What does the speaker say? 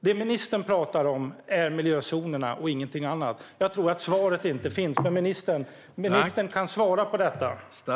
Det ministern talar om är miljözonerna och ingenting annat. Jag tror att svaret inte finns, men ministern kan svara på detta.